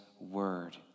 word